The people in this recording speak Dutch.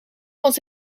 was